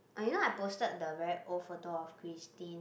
oh you know I posted the very old photo of Christine